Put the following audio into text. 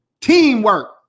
Teamwork